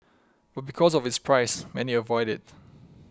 but because of its price many avoid it